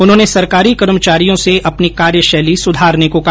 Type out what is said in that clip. उन्होंने सरकारी कर्मचारियों से अपनी कार्यशैली सुधारने को कहा